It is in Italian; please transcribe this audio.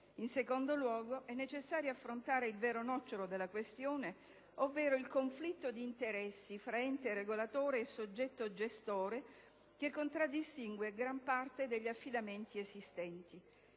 in secondo luogo è necessario affrontare il vero nocciolo della questione ovvero il conflitto di interessi tra ente regolatore e soggetto gestore, che contraddistingue gran parte degli affidamenti esistenti,